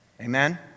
Amen